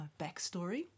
backstory